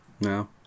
No